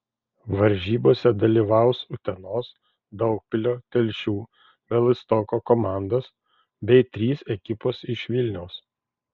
varžybose dalyvaus utenos daugpilio telšių bialystoko komandos bei trys ekipos iš vilniaus